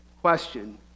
question